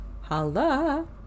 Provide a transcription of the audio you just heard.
Hello